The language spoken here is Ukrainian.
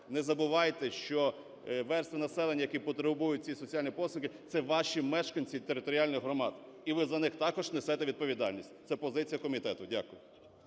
Не забувайте, що верстви населення, які потребують ці соціальні послуги, це ваші мешканці територіальних громад, і ви за них також несете відповідальність. Це – позиція комітету. Дякую.